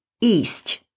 East